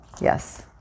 Yes